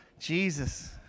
Jesus